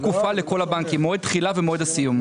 אותה תקופה לכל הבנקים, מועד תחילה ומועד הסיום.